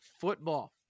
football